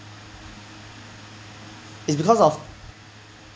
is because of